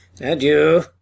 Adieu